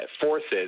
forces